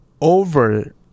over